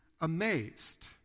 amazed